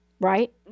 right